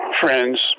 friends